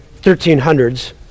1300s